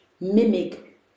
mimic